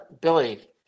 Billy